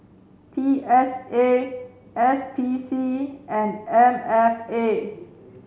P S A S P C and M F A